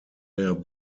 der